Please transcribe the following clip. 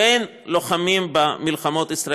בין הלוחמים במלחמת העולם השנייה לבין לוחמים במלחמות ישראל.